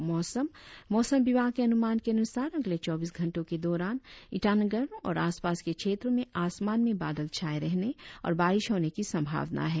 और अब मौसम मौसम विभाग के अनुमान के अनुसार अगले चौबीस घंटो के दौरान ईटानगर और आसपास के क्षेत्रो में आसमान में बादल छाये रहने और बारिश होने की संभावना है